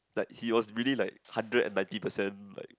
like he was really like hundred and ninety percent like